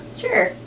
sure